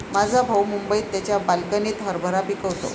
माझा भाऊ मुंबईत त्याच्या बाल्कनीत हरभरा पिकवतो